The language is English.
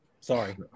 Sorry